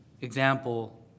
example